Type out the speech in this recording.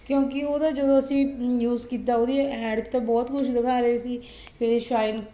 ਕਿਉਂਕਿ ਉਹਦਾ ਜਦੋਂ ਅਸੀਂ ਅ ਯੂਜ਼ ਕੀਤਾ ਉਹਦੀ ਐਡ 'ਚ ਤਾਂ ਬਹੁਤ ਕੁਛ ਦਿਖਾ ਰਹੇ ਸੀ ਫੇਸ ਸ਼ਾਈਨ